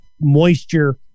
moisture